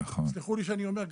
תסלחו לי שאני אומר,